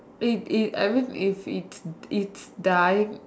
if if I mean if it's it's dying